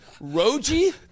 Roji